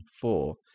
four